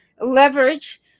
leverage